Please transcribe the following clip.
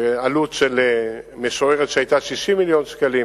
העלות המשוערת שהיתה היא 60 מיליון שקלים,